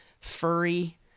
furry